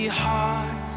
heart